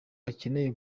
akeneye